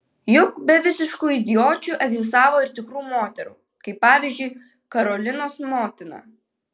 juk be visiškų idiočių egzistavo ir tikrų moterų kaip pavyzdžiui karolinos motina